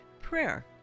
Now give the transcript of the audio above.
prayer